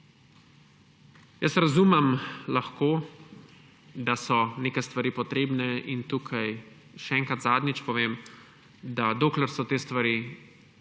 Lahko razumem, da so neke stvari potrebne. In tukaj še enkrat, zadnjič povem, da dokler so te stvari zakonite,